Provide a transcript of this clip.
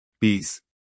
Peace